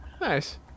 Nice